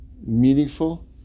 meaningful